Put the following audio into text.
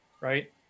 Right